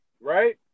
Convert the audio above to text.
right